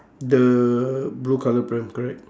the blue colour pram correct